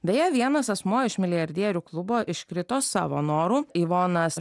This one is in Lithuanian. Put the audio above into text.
beje vienas asmuo iš milijardierių klubo iškrito savo noru ivonas